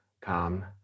come